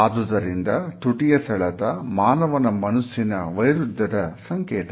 ಆದುದರಿಂದ ತುಟಿಯ ಸೆಳೆತ ಮಾನವನ ಮನಸ್ಸಿನ ವೈರುಧ್ಯದ ಸಂಕೇತ